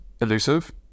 elusive